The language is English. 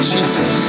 Jesus